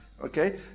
okay